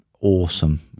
awesome